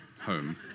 home